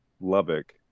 Lubbock